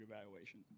evaluation